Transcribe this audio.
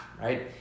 right